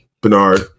Bernard